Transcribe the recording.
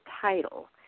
title